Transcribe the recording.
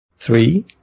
Three